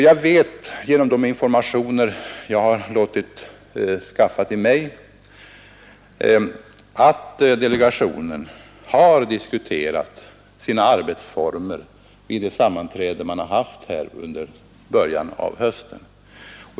Jag vet genom de informationer som jag låtit inhämta att delegationen diskuterat sina arbetsformer vid ett sammanträde under början av hösten.